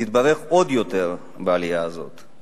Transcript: תתברך בעלייה הזאת עוד יותר.